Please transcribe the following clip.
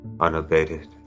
unabated